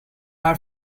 our